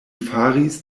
faris